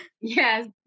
yes